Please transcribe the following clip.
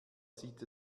sieht